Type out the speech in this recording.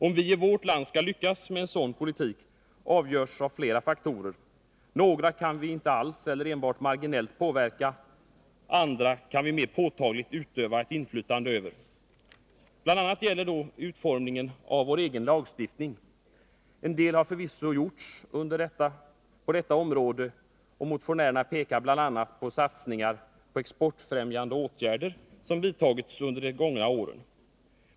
Om vi i vårt land skall lyckas med en sådan politik avgörs av flera faktorer. Några kan vi inte alls eller enbart marginellt påverka. Andra kan vi mer påtagligt utöva inflytande på. Bl. a. gäller det utformningen av vår egen lagstiftning. En del har förvisso gjorts på detta område, och motionärerna pekar bl.a. på satsningar på exportfrämjande åtgärder som har gjorts under de gångna åren.